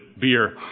beer